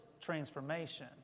transformation